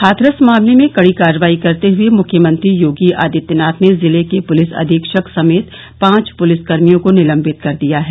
हाथरस मामले में कड़ी कार्रवाई करते हए मुख्यमंत्री योगी आदित्यनाथ ने जिले के पूलिस अधीक्षक समेत पांच पुलिसकर्मियों को निलंबित कर दिया है